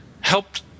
helped